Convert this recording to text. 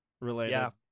related